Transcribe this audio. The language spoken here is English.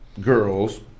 girls